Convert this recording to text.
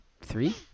Three